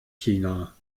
china